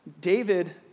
David